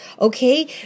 okay